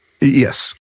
Yes